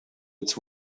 its